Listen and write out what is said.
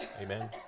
Amen